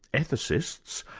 ethicists,